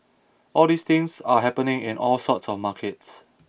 all these things are happening in all sorts of markets